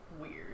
weird